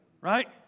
Right